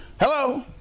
Hello